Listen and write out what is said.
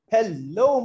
Hello